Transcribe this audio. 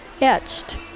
etched